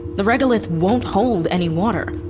the regolith won't hold any water.